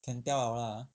can tell liao lah